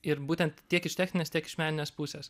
ir būtent tiek iš techninės tiek iš meninės pusės